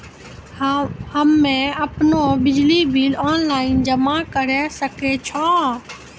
हम्मे आपनौ बिजली बिल ऑनलाइन जमा करै सकै छौ?